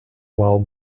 while